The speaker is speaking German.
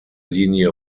linie